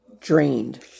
drained